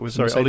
Sorry